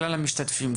כלל המשתתפים,